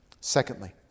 Secondly